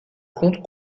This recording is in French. comptes